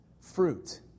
fruit